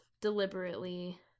deliberately